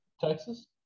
Texas